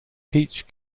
peach